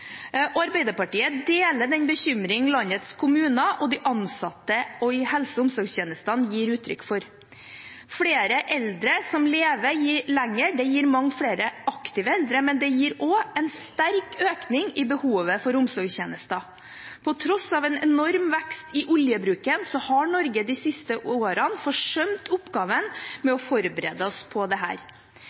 bor. Arbeiderpartiet deler den bekymring landets kommuner og de ansatte i helse- og omsorgstjenestene gir uttrykk for. Flere eldre som lever lenger, gir mange flere aktive eldre, men det gir også en sterk økning i behovet for omsorgstjenester. På tross av en enorm vekst i oljebruken har Norge de siste årene forsømt oppgaven med å forberede oss på